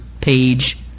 page